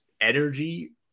energy